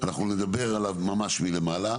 אנחנו נדבר עליו ממש מלמעלה,